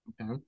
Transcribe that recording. Okay